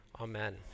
Amen